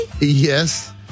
Yes